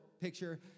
picture